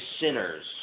sinners